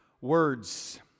Words